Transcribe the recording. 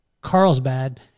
Carlsbad